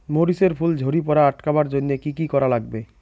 মরিচ এর ফুল ঝড়ি পড়া আটকাবার জইন্যে কি কি করা লাগবে?